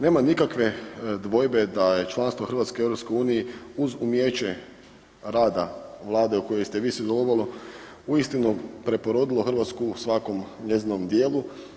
Nema nikakve dvojbe da je članstvo Hrvatske u EU uz umijeće rada Vlada u kojoj ste vi sudjelovali uistinu preporodilo Hrvatsku u svakom njezinom djelu.